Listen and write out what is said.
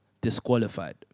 disqualified